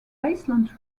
iceland